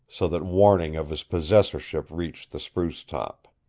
so that warning of his possessorship reached the spruce top.